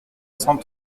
cent